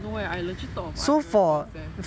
no eh I legit of I_M_M first eh